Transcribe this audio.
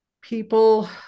people